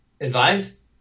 Advice